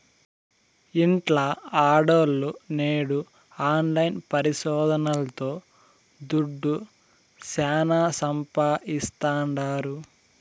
ఇంట్ల ఆడోల్లు నేడు ఆన్లైన్ పరిశోదనల్తో దుడ్డు శానా సంపాయిస్తాండారు